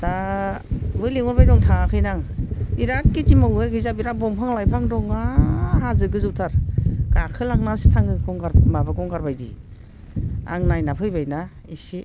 दाबो लिंहरबाय दं थाङाखैनो आं बिरात खेति मावो बैखिजा बिरात दंफां लाइफां दं आ हाजो गोजौथार गाखोलांनासो थाङो गंगार माबा गंगारबायदि आं नायना फैबायना इसे